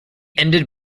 ended